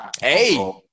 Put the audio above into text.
Hey